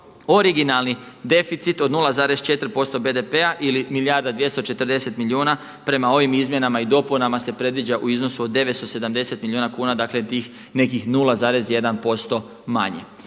originalni deficit od 0,4% BDP-a ili milijarda i 240 milijuna prema ovim izmjenama i dopunama se predviđa u iznosu od 970 milijuna kuna, dakle tih nekih 0,1% manje.